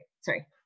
sorry